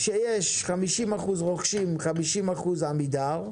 שיש 50% רוכשים, 50% עמידר.